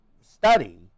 study